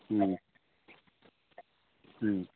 ꯎꯝ ꯎꯝ